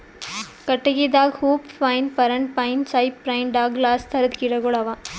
ಕಟ್ಟಗಿದಾಗ hoop pine, ಪರಣ pine, cypress, Douglas ಥರದ್ ಗಿಡಗೋಳು ಅವಾ